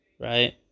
right